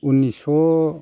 उननिसस'